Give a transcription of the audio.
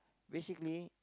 basically